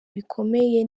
bikomeye